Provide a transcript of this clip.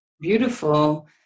Beautiful